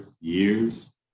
years